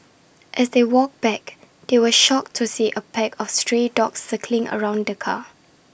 as they walked back they were shocked to see A pack of stray dogs circling around the car